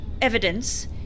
evidence